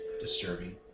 disturbing